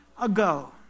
ago